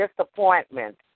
disappointment